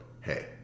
hey